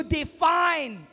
define